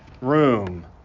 room